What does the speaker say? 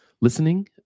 listening